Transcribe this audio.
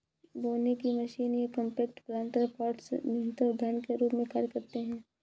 बोने की मशीन ये कॉम्पैक्ट प्लांटर पॉट्स न्यूनतर उद्यान के रूप में कार्य करते है